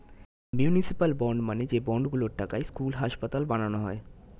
municipal bond মানে যে bond গুলোর টাকায় স্কুল, হাসপাতাল বানানো যায়